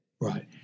Right